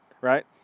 right